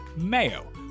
Mayo